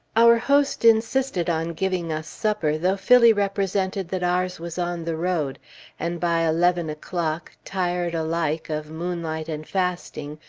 our host insisted on giving us supper, though phillie represented that ours was on the road and by eleven o'clock, tired alike of moonlight and fasting,